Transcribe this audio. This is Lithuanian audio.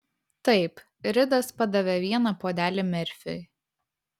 taip ridas padavė vieną puodelį merfiui